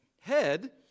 head